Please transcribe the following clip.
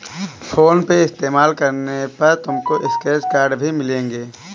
phone पे इस्तेमाल करने पर तुमको स्क्रैच कार्ड्स भी मिलेंगे